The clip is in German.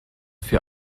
vier